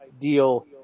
deal